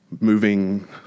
moving